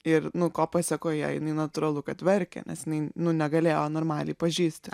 ir nu ko pasekoje jinai natūralu kad verkė nes jinai nu negalėjo normaliai pažįsti